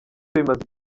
bimaze